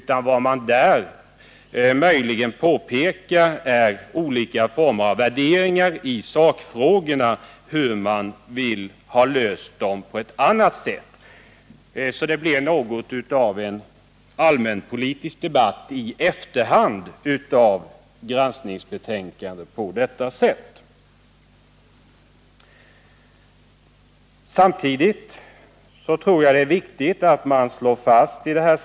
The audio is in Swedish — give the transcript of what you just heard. Man gör där i stället olika former av värderingar i sakfrågorna och anger möjligen på vilket annat sätt man skulle ha velat få dem lösta. Härigenom får vi i efterhand något av en allmänpolitisk debatt med anledning av granskningsbetänkandet. Samtidigt tror jag att det är viktigt att slå fast en sak.